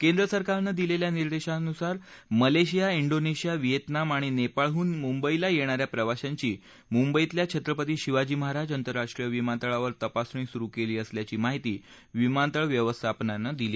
केंद्र सरकारन दिलखा निर्देशांनुसार मलश्विया इंडोनश्विया व्हिएतनाम आणि नप्रळहन मुंबईला यध्विया प्रवाश्यांची मुंबईतल्या छत्रपती शिवाजी महाराज आंत्रराष्ट्रीय विमानतळावर तपासणी सुरु कली असल्याची माहिती विमानतळ व्यवस्थापनानं दिली